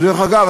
שדרך אגב,